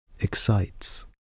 excites